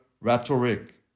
rhetoric